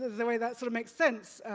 the way that sort of makes sense,